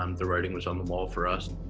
um the writing was on the wall for us.